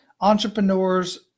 entrepreneurs